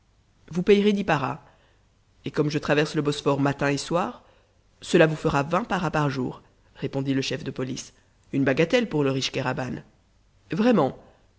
vous payerez dix paras et comme je traverse le bosphore matin et soir cela vous fera vingt paras par jour répondit le chef de police une bagatelle pour le riche kéraban vraiment